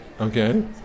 Okay